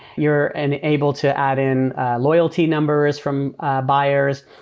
you're and able to add in loyalty numbers from ah buyers.